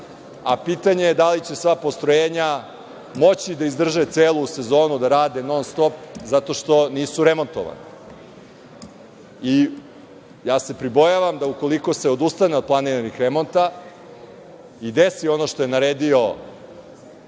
a pitanje je da li će sva postrojenja moći da izdrže celu sezonu da rade non-stop zato što nisu remontovana. Pribojavam se da ukoliko se odustane od planiranih remonta, i desi ono što je naredio